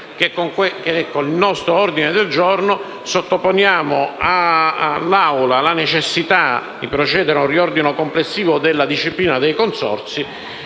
che,_ con l’ordine del giorno G10.100, sottoponiamo all’Aula la necessità di procedere a un riordino complessivo della disciplina dei consorzi